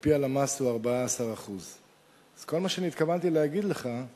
על-פי הלמ"ס הוא 14%. אז כל מה שאני התכוונתי להגיד לך הוא